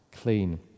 clean